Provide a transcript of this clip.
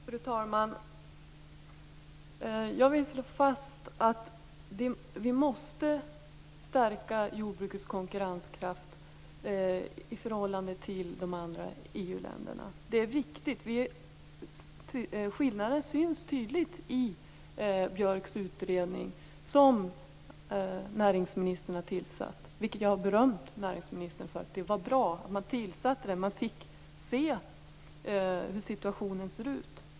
Fru talman! Jag vill slå fast att vi måste stärka jordbrukets konkurrenskraft i förhållande till de andra EU-länderna. Det är viktigt. Skillnaden syns tydligt i Björks utredning, som näringsministern har tillsatt. Det har jag berömt näringsministern för. Det var bra att den tillsattes och att man fick se hur situationen ser ut.